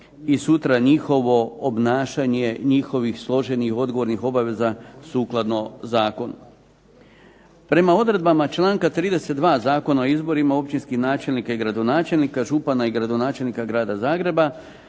upitno njihovo obnašanje njihovih složenih odgovornih obaveza sukladno Zakonu. Prema odredbama članka 32. Zakona o izborima općinskih načelnika i gradonačelnika, župana i gradonačelnika grada Zagreba,